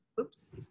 Oops